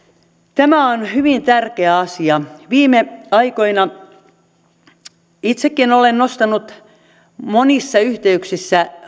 tämä on hyvin tärkeä asia viime aikoina itsekin olen nostanut monissa yhteyksissä